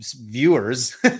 viewers